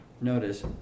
notice